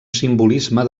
simbolisme